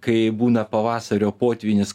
kai būna pavasario potvynis